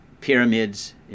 pyramids